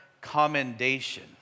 commendation